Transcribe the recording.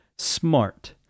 smart